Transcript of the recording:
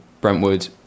brentwood